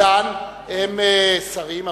ארדן הם שרים,